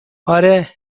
آره